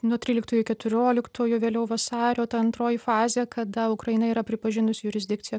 nuo tryliktųjų keturioliktųjų vėliau vasario ta antroji fazė kada ukraina yra pripažinusi jurisdikciją